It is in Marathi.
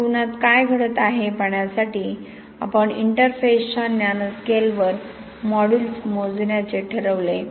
एकूणात काय घडत आहे हे पाहण्यासाठी आपण इंटरफेसच्या नॅनो स्केलवर मॉड्यूलस मोजण्याचे ठरवले